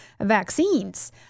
vaccines